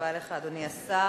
תודה רבה לך, אדוני השר.